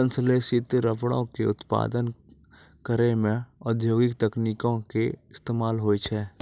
संश्लेषित रबरो के उत्पादन करै मे औद्योगिक तकनीको के इस्तेमाल होय छै